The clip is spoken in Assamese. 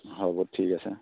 হ'ব ঠিক আছে